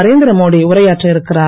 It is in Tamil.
நரேந்திர மோடி உரையாற்ற இருக்கிறார்